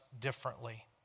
differently